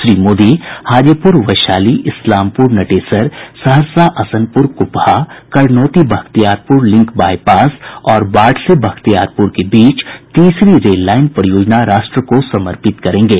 Shri Modi Hajipur Vaishali Islampur Natesar Saharsa Asanpur Kupha Karnauti Bakhtiyarpur link bypass और बाढ़ से बख्तिायारपुर के बीच तीसरी रेललाइन परियोजना राष्ट्र को समर्पित करेंगे